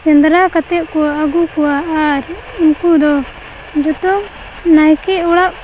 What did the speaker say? ᱥᱮᱸᱫᱽᱨᱟ ᱠᱟᱛᱮᱫ ᱠᱚ ᱟᱹᱜᱩ ᱠᱚᱣᱟ ᱟᱨ ᱩᱱᱠᱩ ᱫᱚ ᱡᱚᱛᱚ ᱱᱟᱭᱠᱮ ᱚᱲᱟᱜ